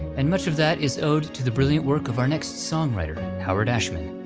and much of that is owed to the brilliant work of our next songwriter, howard ashman,